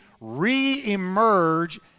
re-emerge